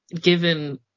given